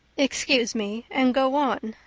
excuse me and go on,